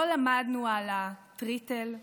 לא למדנו על התריתל,